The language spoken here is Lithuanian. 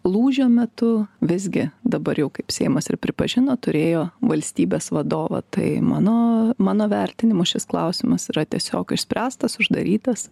lūžio metu visgi dabar jau kaip seimas ir pripažino turėjo valstybės vadovą tai mano mano vertinimu šis klausimas yra tiesiog išspręstas uždarytas